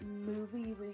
movie